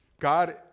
God